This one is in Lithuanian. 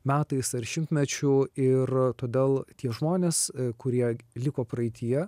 metais ar šimtmečiu ir todėl tie žmonės kurie liko praeityje